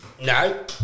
No